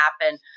happen